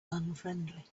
unfriendly